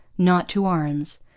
not to arms.